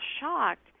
shocked